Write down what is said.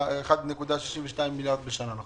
1.62 מיליארד שקל בשנה.